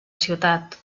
ciutat